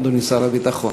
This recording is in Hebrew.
אדוני שר הביטחון?